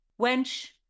wench